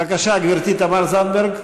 בבקשה, גברתי, תמר זנדברג.